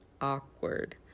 awkward